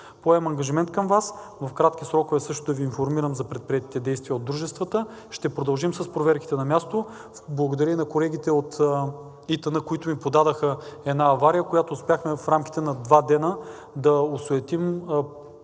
Поемам ангажимент към Вас в кратки срокове също да Ви информирам за предприетите действия от дружествата. Ще продължим с проверките на място. Благодаря и на колегите от ИТН, които ми подадоха една авария, и успяхме в рамките на два дена да осуетим